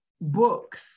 books